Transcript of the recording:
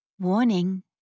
Warning